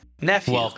Nephew